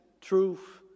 truth